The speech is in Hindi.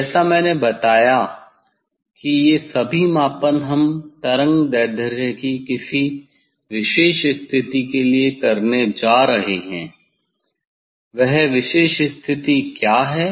जैसा मैंने बताया कि ये सभी मापन हम तरंगदैर्ध्य की किसी विशेष स्थिति के लिए करने जा रहे हैं वह विशेष स्थिति क्या है